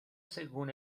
según